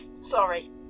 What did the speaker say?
Sorry